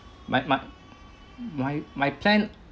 my my my my plan